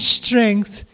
strength